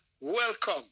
welcome